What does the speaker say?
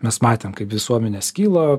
mes matėm kaip visuomenė skilo